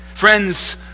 Friends